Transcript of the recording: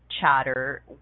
chatter